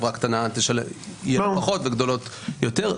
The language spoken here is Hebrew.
חברה קטנה תשלם פחות וגדולות יותר,